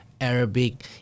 Arabic